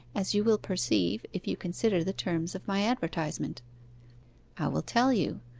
as you will perceive, if you consider the terms of my advertisement i will tell you.